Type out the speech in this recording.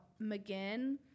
mcginn